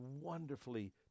wonderfully